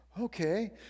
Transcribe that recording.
Okay